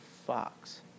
fox